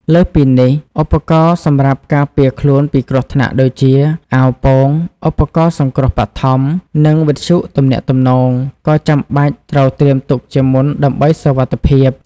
លើសពីនេះ ឧបករណ៍សម្រាប់ការពារខ្លួនពីគ្រោះថ្នាក់ដូចជា អាវពោង ឧបករណ៍សង្គ្រោះបឋម និងវិទ្យុទំនាក់ទំនង ក៏ចាំបាច់ត្រូវត្រៀមទុកជាមុនដើម្បីសុវត្ថិភាព។